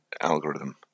algorithm